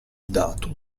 dato